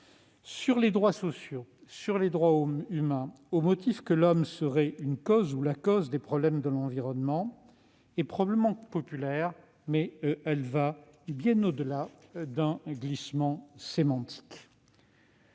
sur les droits sociaux, sur les droits humains, au motif que l'homme serait une cause ou la cause des problèmes environnementaux, est probablement populaire, mais elle va bien au-delà d'un glissement sémantique.